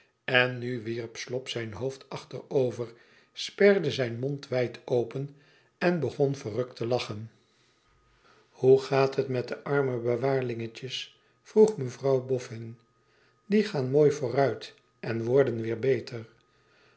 n nu wierp slop zijn hoofd achterover sperde zijn mond wijd open en begon verrukt te lachen hoe gaat het met de arme fiewaarlingetjes vroeg mevrouw boffin die gaan mooi vooruit en worden weer beter